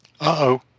Uh-oh